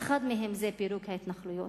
ואחד מהם זה פירוק ההתנחלויות.